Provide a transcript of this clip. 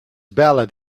ballad